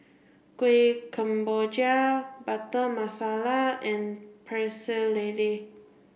Kuih Kemboja butter Masala and Pecel Lele